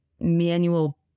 manual